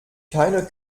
keiner